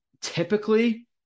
typically